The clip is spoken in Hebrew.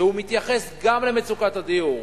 שגם הוא מתייחס למצוקת הדיור,